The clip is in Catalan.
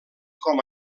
com